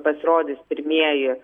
pasirodys pirmieji